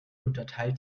unterteilt